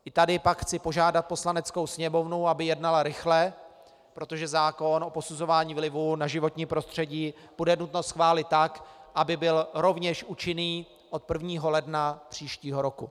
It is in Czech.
I tady pak chci požádat Poslaneckou sněmovnu, aby jednala rychle, protože zákon o posuzování vlivu na životní prostředí bude nutno schválit tak, aby byl rovněž účinný od 1. ledna příštího roku.